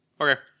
Okay